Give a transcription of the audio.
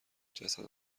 جسد